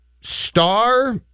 star